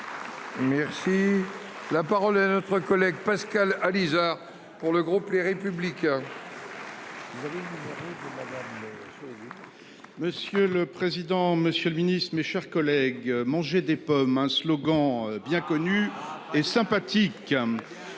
La parole est notre collègue Pascal Alizart. Pour le groupe Les Républicains. Monsieur le président, Monsieur le Ministre, mes chers collègues, mangez des pommes. Un slogan bien connu et sympathique.